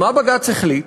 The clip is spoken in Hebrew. מה בג"ץ החליט?